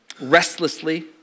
restlessly